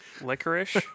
Licorice